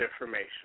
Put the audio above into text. information